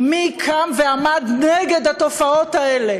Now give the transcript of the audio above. אני קוראת אותך לסדר פעם ראשונה.